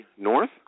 North